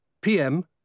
PM